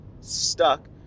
stuck